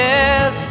Yes